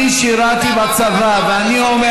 אז למה